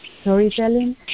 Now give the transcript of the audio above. storytelling